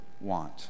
want